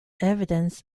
evidence